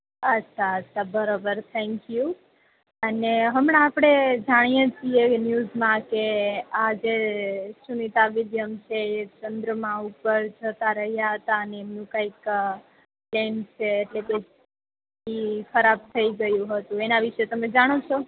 અચ્છા અચ્છા બરોબર થેન્ક યુ અને હમણાં આપણે જાણીએ છીએ એ ન્યૂઝમાં કે આ જે સુનીતા વિલિયમ્સ છે એ જે ચંદ્રમા ઉપર જતા રહ્યા હતા અને એમનું કાંઇક પ્લેન એટલે કોઈ ઈ ખરાબ થઈ હતું એના વિશે તમે જાણો છો